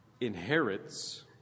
inherits